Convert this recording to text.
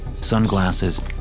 sunglasses